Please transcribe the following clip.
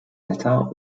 wetter